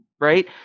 right